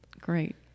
Great